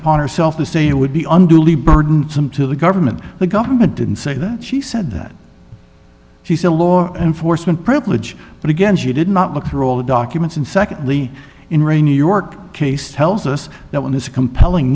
upon herself to say it would be unduly burdensome to the government the government didn't say that she said that she said law enforcement privilege but again she did not look through all the documents and secondly in re new york case tells us that one is a compelling